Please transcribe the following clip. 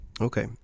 okay